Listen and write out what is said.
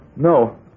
No